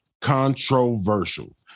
controversial